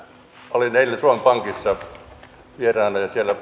olin eilen suomen pankissa vierailin siellä